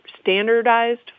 standardized